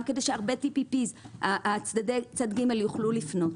גם כדי שצדדי צד ג' יוכלו לפנות.